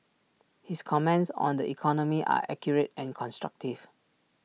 his comments on the economy are accurate and constructive